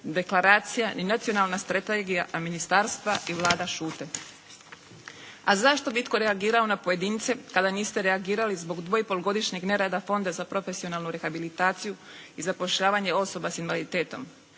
deklaracija ni nacionalna strategija, a ministarstva i Vlada šute. A zašto bi itko reagirao na pojedince kada niste reagirali zbog dvoipolgodišnjeg nerada Fonda za profesionalnu rehabilitaciju i zapošljavanje osoba s invaliditetom.